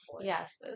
Yes